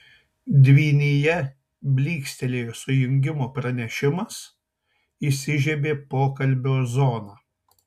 dvynyje blykstelėjo sujungimo pranešimas įsižiebė pokalbio zona